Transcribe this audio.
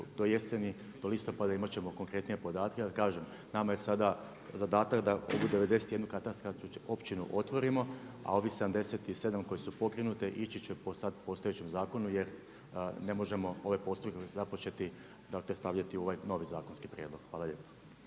do jeseni do listopada imat ćemo konkretnije podatke. Ali kažem, nama je sada zadatak da ovu 91 katastarsku općinu otvorimo, a ovih 77 koji su pokrenute ići će po sad postojećem zakonu jer ne možemo ovaj postupak započeti dakle stavljati u ovaj novi zakonski prijedlog. Hvala lijepa.